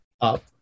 up